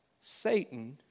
Satan